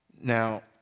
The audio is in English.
Now